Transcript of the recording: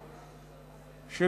הנוראה,